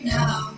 now